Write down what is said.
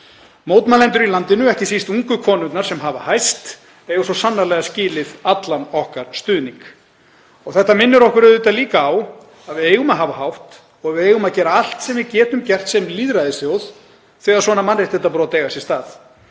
Mótmælendur í landinu, ekki síst ungu konurnar sem hafa hæst, eiga svo sannarlega skilið allan okkar stuðning. Þetta minnir okkur auðvitað líka á að við eigum að hafa hátt og gera allt sem við getum sem lýðræðisþjóð þegar svona mannréttindabrot eiga sér stað.